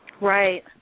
Right